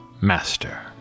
Master